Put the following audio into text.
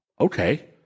Okay